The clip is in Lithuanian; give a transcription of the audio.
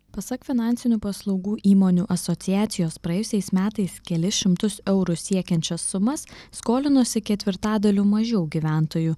pasak finansinių paslaugų įmonių asociacijos praėjusiais metais kelis šimtus eurų siekiančias sumas skolinosi ketvirtadaliu mažiau gyventojų